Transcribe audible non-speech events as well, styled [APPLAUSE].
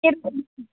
[UNINTELLIGIBLE]